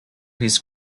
his